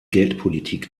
geldpolitik